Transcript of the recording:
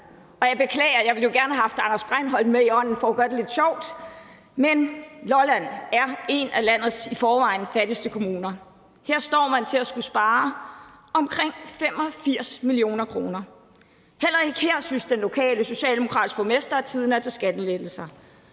jeg beklager – jeg ville jo gerne have haft Anders Breinholt med i ånden for at gøre det lidt sjovt, men Lolland er en af landets i forvejen fattigste kommuner. Her står man til at skulle spare omkring 85 mio. kr. Heller ikke her synes den lokale socialdemokratiske borgmester, at tiden er til skattelettelser.